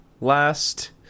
Last